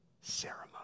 ceremony